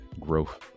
growth